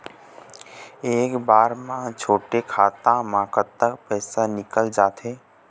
एक बार म छोटे खाता म कतक पैसा निकल जाथे?